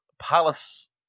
Palace